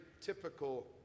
typical